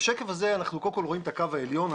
בשקף הזה אנחנו רואים את הקו העליון.